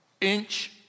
inch